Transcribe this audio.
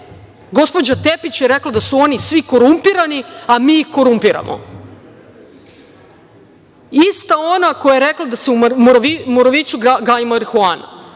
Gospođa Tepić je rekla da su oni svi korumpirani, a mi ih korumpiramo. Ista ona koja je rekla da se u Moraviću gaji marihuana,